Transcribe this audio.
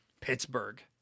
Pittsburgh